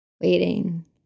waiting